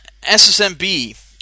SSMB